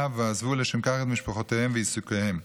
ועזבו לשם כך את משפחותיהם ועיסוקיהם.